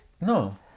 No